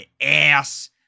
ass